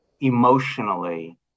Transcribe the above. emotionally